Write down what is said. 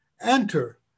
enter